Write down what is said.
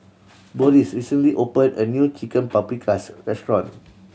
Boris recently opened a new Chicken Paprikas Restaurant